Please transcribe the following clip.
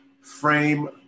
frame